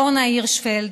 אורנה הירשפלד,